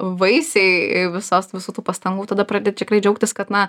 vaisiai visos visų tų pastangų tada pradedi tikrai džiaugtis kad na